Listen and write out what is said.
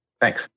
Thanks